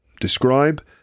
describe